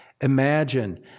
Imagine